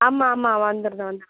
ஆமாம் ஆமாம் வந்துருறேன் வந்துருறேன்